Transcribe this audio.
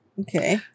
okay